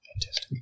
Fantastic